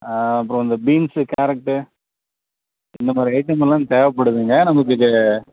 அப்புறம் அந்த beans carrot இந்தமாதிரி ஐட்டமெல்லாம் தேவைப்படுதுங்க நமக்கு இது